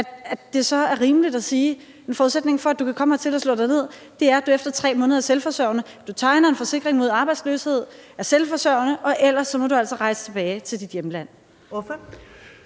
er det så ikke rimeligt at sige, at en forudsætning for, at man kan komme hertil og slå sig ned, er, at man efter 3 måneder er selvforsørgende – at man tegner en forsikring mod arbejdsløshed, er selvforsørgende og ellers må rejse tilbage til sit hjemland?